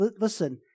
listen